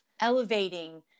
elevating